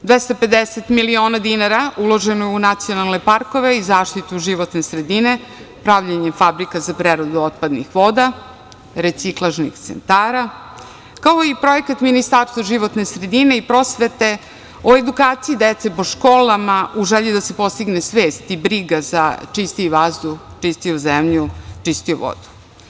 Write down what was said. Dvesta pedeset miliona dinara uloženo je u nacionalne parkove i zaštitu životne sredine, pravljenje fabrika za preradu otpadnih voda, reciklažnih centara, kao i projekat Ministarstva životne sredine i prosvete o edukaciji dece po školama u želji da se postigne svest i briga za čistiji vazduh, čistiju zemlju, čistiju vodu.